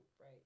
right